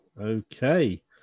Okay